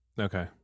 Okay